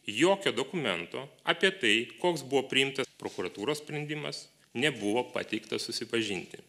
jokio dokumento apie tai koks buvo priimtas prokuratūros sprendimas nebuvo pateikta susipažinti